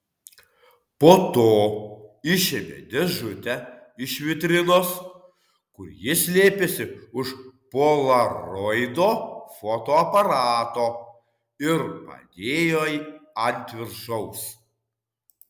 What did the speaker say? po to išėmė dėžutę iš vitrinos kur ji slėpėsi už polaroido fotoaparato ir padėjo ant viršaus